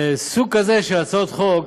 סוג כזה של הצעות חוק